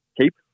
keep